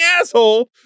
asshole